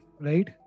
right